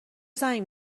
زنگ